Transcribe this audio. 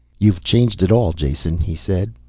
you've changed it all, jason, he said.